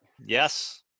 Yes